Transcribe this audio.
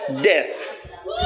death